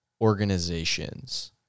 organizations